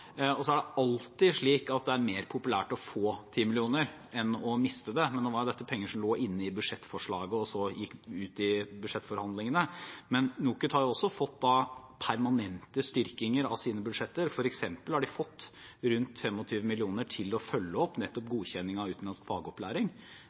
og så er det alltid slik at det er mer populært å få 10 mill. kr enn å miste dem, men dette var penger som lå inne i budsjettforslaget, og som så falt ut i budsjettforhandlingene. Men NOKUT har også fått permanent styrking av sine budsjetter. For eksempel har de fått rundt 25 mill. kr til å følge opp nettopp